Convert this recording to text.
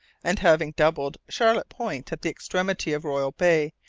and having doubled charlotte point at the extremity of royal bay,